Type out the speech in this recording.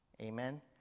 amen